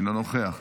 אינו נוכח.